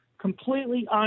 completely